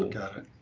got it.